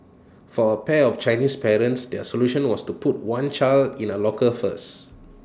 for A pair of Chinese parents their solution was to put one child in A locker first